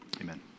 Amen